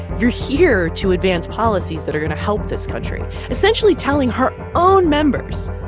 you're here to advance policies that are going to help this country essentially telling her own members,